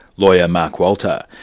lawyer, mark walter.